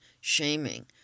shaming